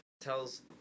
tells